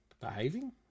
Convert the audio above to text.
behaving